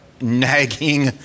nagging